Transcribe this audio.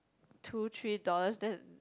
two three dollars then